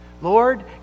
Lord